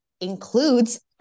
includes